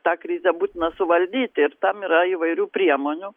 tą krizę būtina suvaldyti ir tam yra įvairių priemonių